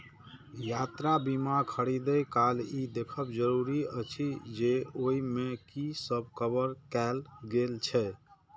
यात्रा बीमा खरीदै काल ई देखब जरूरी अछि जे ओइ मे की सब कवर कैल गेल छै